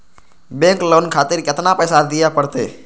Bank loan खातीर केतना पैसा दीये परतें?